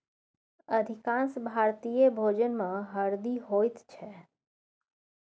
अधिकांश भारतीय भोजनमे हरदि होइत छै